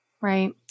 Right